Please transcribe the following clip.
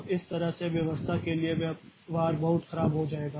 तो इस तरह से व्यवस्था के लिए व्यवहार बहुत खराब हो जाएगा